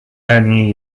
ernie